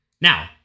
Now